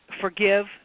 forgive